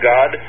God